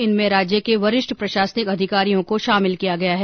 इनमें राज्य के वरिष्ठ प्रशासनिक अधिकारियों को शामिल किया गया है